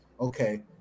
Okay